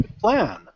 plan